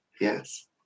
yes